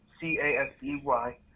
C-A-S-E-Y